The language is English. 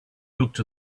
looked